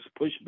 pushback